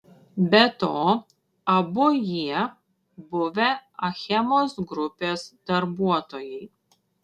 be to abu jie buvę achemos grupės darbuotojai